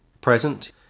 present